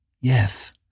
Yes